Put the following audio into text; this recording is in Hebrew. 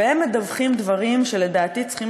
והם מדווחים דברים שלדעתי צריכים